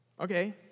Okay